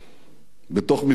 בתוך מפלגתי שלי: